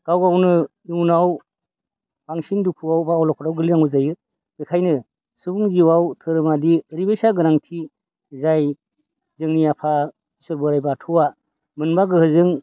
गाव गावनो इयुनाव बांसिन दुखुआव बा आल'खदआव गोग्लैनांगौ जायो बेखाय सुबुं जिउआव धोरोमादि ओरैबायसा गोनांथि जाय जोंनि आफा इसोर बोराइ बाथौआ मोनबा गोहोजों